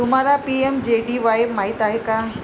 तुम्हाला पी.एम.जे.डी.वाई माहित आहे का?